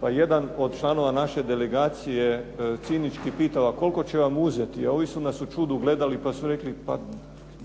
pa je jedan od članova naše delegacije cinički pitao a koliko će vam uzeti, a ovi su nas u čudu gledali pa su rekli ne,